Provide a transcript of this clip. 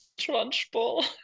Trunchbull